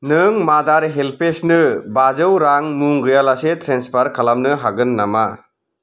नों मादार हेल्पेजनो बाजौ रां मुं गैयालासै ट्रेन्सफार खालामनो हागोन नामा